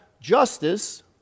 justice